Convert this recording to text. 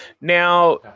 Now